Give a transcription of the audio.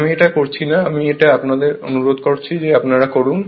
আমি এটা করছি না আমি অনুরোধ করছি এটা আপনারা করুন